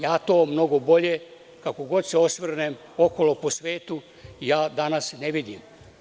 Ja to mnogo bolje, kako god se osvrnem okolo po svetu, ne vidim.